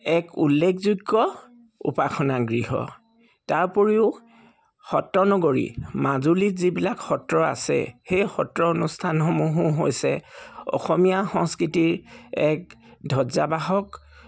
এক উল্লেখযোগ্য উপাসনা গৃহ তাৰ উপৰিও সত্ৰ নগৰী মাজুলীত যিবিলাক সত্ৰ আছে সেই সত্ৰ অনুষ্ঠানসমূহো হৈছে অসমীয়া সংস্কৃতিৰ এক ধ্বজাবাহক